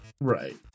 Right